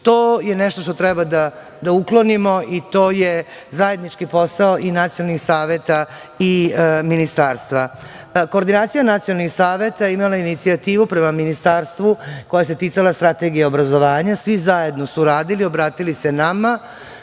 To je nešto što treba da uklonimo i to je zajednički posao i nacionalnih saveta i ministarstva. Koordinacija nacionalnih saveta imala je inicijativu prema Ministarstvu koja se ticala Strategije obrazovanja. Svi zajedno su radili, obratili se nama,